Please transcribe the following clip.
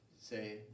say